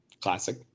classic